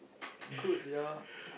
good sia